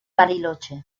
bariloche